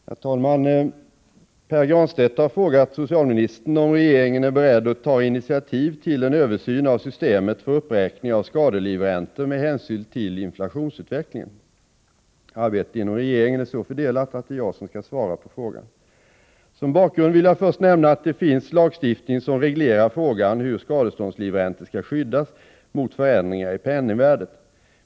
Herr talman! Pär Granstedt har frågat socialministern om regeringen är beredd att ta initiativ till en översyn av systemet för uppräkning av skadelivräntor med hänsyn till inflationsutvecklingen. Arbetet inom regeringen är så fördelat att det är jag som skall svara på frågan. Som bakgrund vill jag först nämna att det finns lagstiftning som reglerar frågan hur skadeståndslivräntor skall skyddas mot förändringar i penningvärdet.